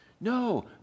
No